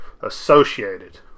associated